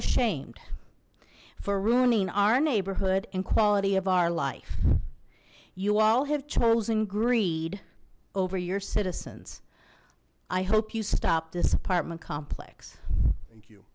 ashamed for ruining our neighborhood and quality of our life you all have chosen greed over your citizens i hope you stop this apartment complex